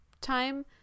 time